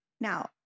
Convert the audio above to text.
Now